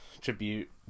tribute